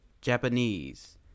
japanese